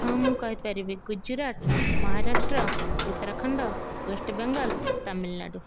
ହଁ ମୁଁ କହିପାରିବି ଗୁଜୁରାଟ ମହାରାଷ୍ଟ୍ର ଉତ୍ତରାଖଣ୍ଡ ୱେଷ୍ଟବେଙ୍ଗଲ ତାମିଲନାଡ଼ୁ